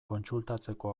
kontsultatzeko